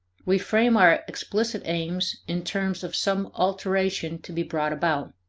we frame our explicit aims in terms of some alteration to be brought about.